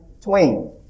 twain